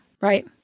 right